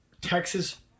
Texas